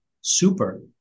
super